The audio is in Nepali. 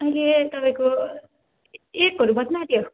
अहिले तपाईँको एकहरू बज्नु आँट्यो